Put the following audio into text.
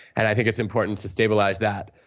and i think it's important to stabilize that,